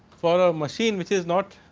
for a machines, which is not